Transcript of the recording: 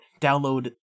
download